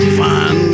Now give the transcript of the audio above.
fun